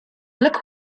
look